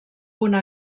una